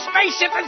Spaceship